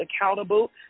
accountable